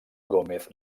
gómez